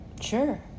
sure